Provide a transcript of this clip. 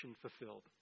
fulfilled